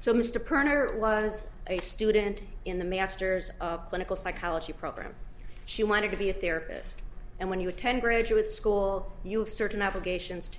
so mr perner it was a student in the master's of clinical psychology program she wanted to be a therapist and when you attend graduate school you have certain obligations to